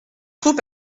trop